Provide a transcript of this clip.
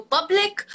Public